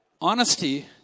Honesty